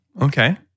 Okay